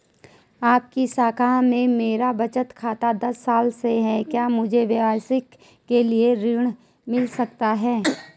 आपकी शाखा में मेरा बचत खाता दस साल से है क्या मुझे व्यवसाय के लिए ऋण मिल सकता है?